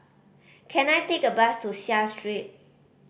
can I take a bus to Seah Street